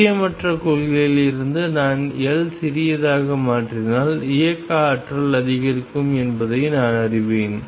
நிச்சயமற்ற கொள்கையிலிருந்து நான் L சிறியதாக மாற்றினால் இயக்க ஆற்றல் அதிகரிக்கும் என்பதை நான் அறிவேன்